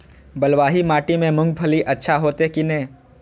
बलवाही माटी में मूंगफली अच्छा होते की ने?